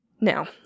Now